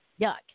Yuck